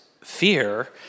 fear